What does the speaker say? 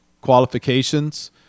qualifications